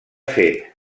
fet